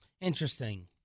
Interesting